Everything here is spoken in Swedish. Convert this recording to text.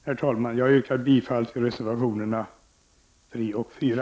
Herr talman! Jag yrkar bifall till reservationerna 3 och 4.